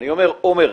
אני אומר, עומר,